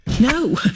No